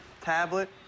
tablet